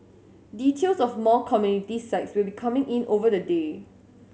details of more community sites will be coming in over the day